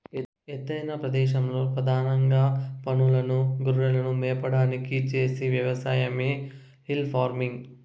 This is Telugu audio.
ఎత్తైన ప్రదేశాలలో పధానంగా పసులను, గొర్రెలను మేపడానికి చేసే వ్యవసాయమే హిల్ ఫార్మింగ్